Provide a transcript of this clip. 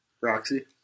Roxy